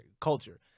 culture